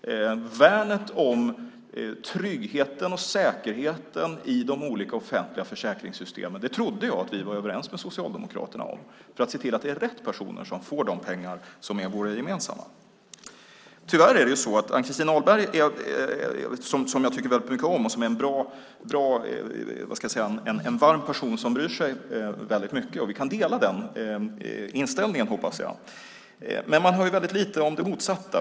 Värnet om tryggheten och säkerheten i de olika offentliga försäkringssystemen trodde jag att vi var överens med Socialdemokraterna om, för att se till att det är rätt personer som får de pengar som är våra gemensamma. Jag tycker väldigt mycket om Ann-Christin Ahlberg, och hon är en varm person som bryr sig väldigt mycket. Vi kan dela den inställningen, hoppas jag. Men man hör väldigt lite om det motsatta.